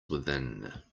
within